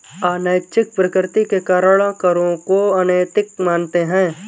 अनैच्छिक प्रकृति के कारण करों को अनैतिक मानते हैं